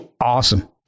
awesome